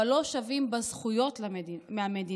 אבל לא שווים בזכויות במדינה,